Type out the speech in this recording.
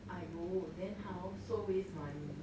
!aiyo! then how so waste money